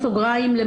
בסוגריים.